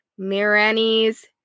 Mirani's